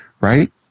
right